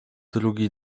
drugi